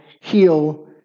heal